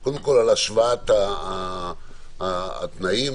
על השוואת התנאים.